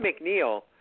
mcneil